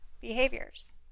behaviors